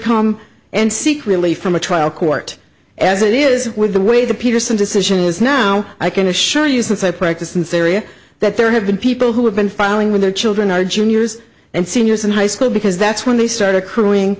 come and seek relief from a trial court as it is with the way the peterson decision is now i can assure you since i practiced in syria that there have been people who have been filing when their children are juniors and seniors in high school because that's when they start accruing